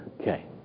Okay